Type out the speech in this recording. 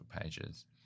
pages